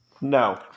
No